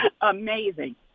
Amazing